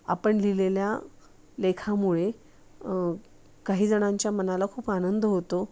आपण लिहिलेल्या लेखामुळे काहीजणांच्या मनाला खूप आनंद होतो